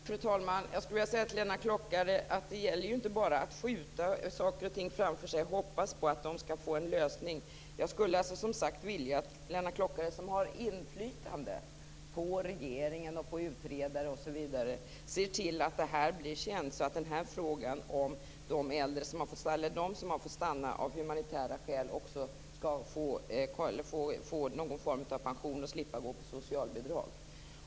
Fru talman! Det gäller inte bara att skjuta saker framför sig och hoppas på att de skall få en lösning. Jag vill att Lennart Klockare som har inflytande på regeringen och utredare osv. ser till att frågan om de äldre som har fått stanna av humanitära skäl också skall få någon form av pension och slippa gå på socialbidrag.